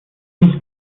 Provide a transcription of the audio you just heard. nicht